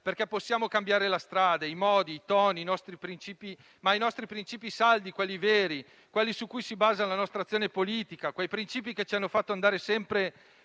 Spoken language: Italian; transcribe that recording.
perché possiamo cambiare la strada, i modi, i toni, ma i nostri principi saldi, quelli veri, quelli su cui si basa la nostra azione politica; quei principi che ci hanno fatto andare sempre